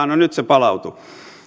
no nyt se palautui